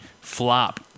flop